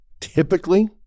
typically